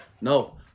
No